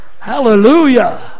Hallelujah